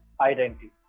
identity